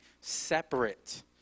separate